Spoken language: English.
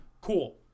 Cool